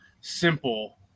simple